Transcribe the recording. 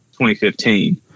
2015